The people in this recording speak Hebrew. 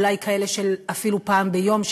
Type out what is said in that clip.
אולי כאלה של אפילו פעם ביום,